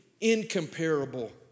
incomparable